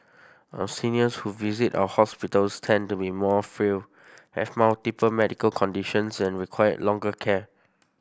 our seniors who visit our hospitals tend to be more frail have multiple medical conditions and require longer care